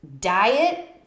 diet